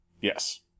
Yes